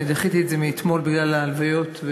דחיתי את זה מאתמול בגלל ההלוויות,